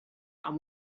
amb